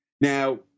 Now